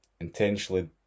intentionally